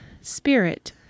spirit